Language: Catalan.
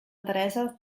teresa